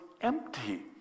empty